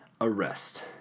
arrest